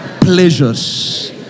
pleasures